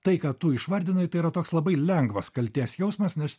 tai ką tu išvardinai tai yra toks labai lengvas kaltės jausmas nes